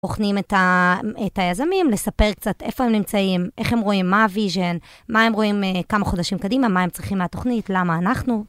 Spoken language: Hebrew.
את היזמים, לספר קצת איפה הם נמצאים, איך הם רואים, מה הוויז'ן, מה הם רואים כמה חודשים קדימה, מה הם צריכים מהתוכנית, למה אנחנו.